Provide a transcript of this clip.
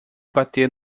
bater